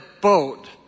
boat